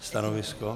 Stanovisko?